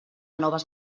noves